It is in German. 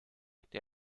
der